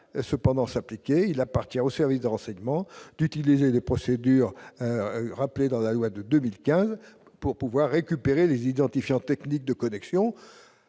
cependant s'appliquer, il appartient aux services de renseignement d'utiliser les procédures rappelé dans la loi de 2015 pour pouvoir pouvoir récupérer les identifiants technique. Connexion